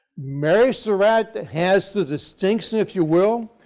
mary surratt has the distinction, if you will,